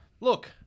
look